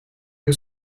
più